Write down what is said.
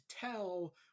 tell